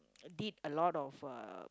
did a lot of uh